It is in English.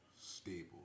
stable